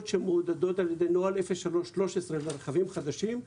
שמעודדות על ידי נוהל 03-13 ברכבים החדשים,